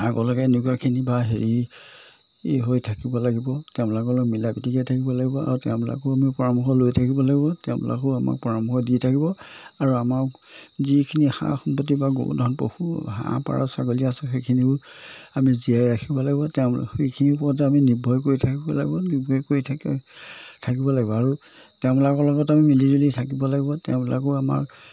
আগলৈকে এনেকুৱাখিনি বা হেৰি এই হৈ থাকিব লাগিব তেওঁলোকৰ লগত মিলা প্ৰীতিকে থাকিব লাগিব আৰু তেওঁলোকৰো আমি পৰামৰ্শ লৈ থাকিব লাগিব তেওঁলোকেও আমাক পৰামৰ্শ দি থাকিব আৰু আমাক যিখিনি সা সম্পত্তি বা গৰু ধন পশু হাঁহ পাৰ ছাগলী আছে সেইখিনিও আমি জীয়াই ৰাখিব লাগিব তেওঁ সেইখিনিৰ ওপৰতে আমি নিৰ্ভৰ কৰি থাকিব লাগিব নিৰ্ভৰ কৰি থাকে থাকিব লাগিব আৰু তেওঁলোকৰ লগত আমি মিলি জুলি থাকিব লাগিব তেওঁলোকো আমাক